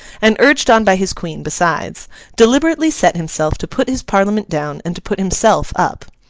and urged on by his queen besides deliberately set himself to put his parliament down and to put himself up.